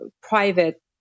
private